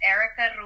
Erica